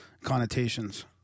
connotations